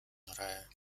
reihe